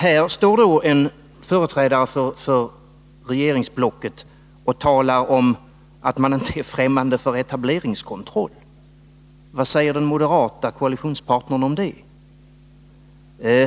Här står en företrädare för regeringsblocket och talar om att centern inte är främmande för etableringskontroll. Vad säger den moderate koalitionspartnern om det?